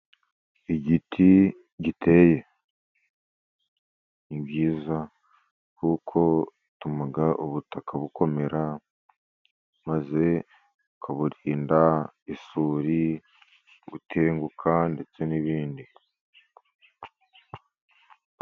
Igiti giteye ni byiza kuko bituma ubutaka bukomera maze ukaburinda isuri, gutenguka, ndetse n'ibindi.